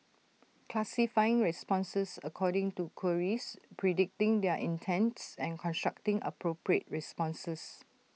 classifying responses according to queries predicting their intents and constructing appropriate responses